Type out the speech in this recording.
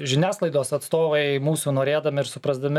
žiniasklaidos atstovai mūsų norėdami ir suprasdami